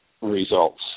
results